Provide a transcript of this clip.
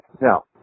Now